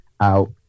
out